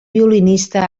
violinista